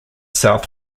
south